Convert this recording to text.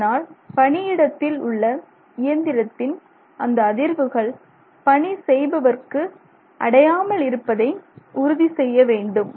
அதனால் பணியிடத்தில் உள்ள இயந்திரத்தின் அந்த அதிர்வுகள் பணி செய்பவர்க்கு அடையாமல் இருப்பதை உறுதி செய்ய வேண்டும்